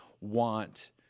want